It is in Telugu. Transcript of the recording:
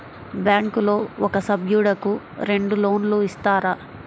బ్యాంకులో ఒక సభ్యుడకు రెండు లోన్లు ఇస్తారా?